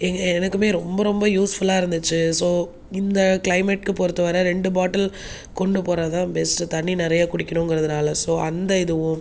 எனக்குமே ரொம்ப ரொம்ப யூஸ்ஃபுல்லாக இருந்துச்சு ஸோ இந்த கிளைமேட்டுக்கு பொறுத்தவரை ரெண்டு பாட்டில் கொண்டு போகிறதுதான் பெஸ்ட்டு தண்ணி நிறைய குடிக்கணுங்கறதுனால் ஸோ அந்த இதுவும்